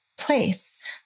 place